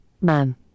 Man